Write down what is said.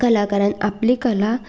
कलाकारान आपली कला